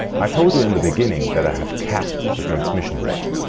i told you in the beginning that i have capped the transmission rate.